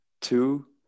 two